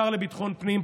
השר לביטחון פנים,